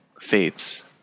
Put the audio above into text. fates